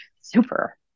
super